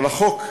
אבל החוק,